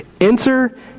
Enter